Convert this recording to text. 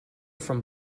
from